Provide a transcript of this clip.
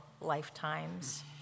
lifetimes